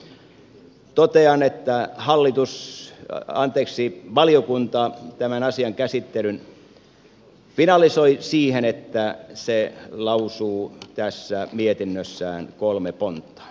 lopuksi totean että valiokunta tämän asian käsittelyn finalisoi siihen että se lausuu tässä mietinnössään kolme pontta